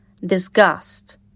disgust